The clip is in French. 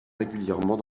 régulièrement